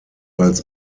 als